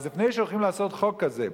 אז לפני שהולכים לעשות חוק כזה,